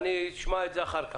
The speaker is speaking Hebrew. אני אשמע אחר כך.